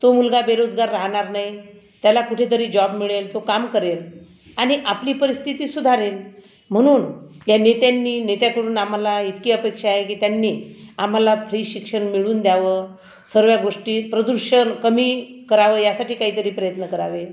तो मुलगा बेरोजगार राहणार नाही त्याला कुठे तरी जॉब मिळेल तो काम करेल आणि आपली परिस्थिती सुधारेल म्हणून या नेत्यांनी नेत्याकडून आम्हाला इतकी अपेक्षा आहे की त्यांनी आम्हाला फ्री शिक्षण मिळून द्यावं सर्व गोष्टी प्रदूषण कमी करावं यासाठी काहीतरी प्रयत्न करावे